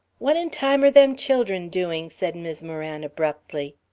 what in time are them children doing? said mis' moran, abruptly.